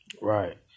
Right